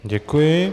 Děkuji.